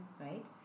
right